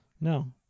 No